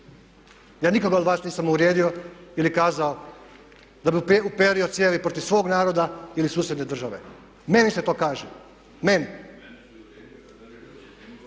Ja nikoga od vas nisam uvrijedio ili kazao da bi uperio cijevi protiv svog naroda ili susjedne države. Meni se to kaže, meni.